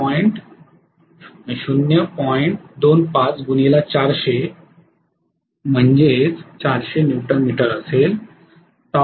25400 400Nm असेल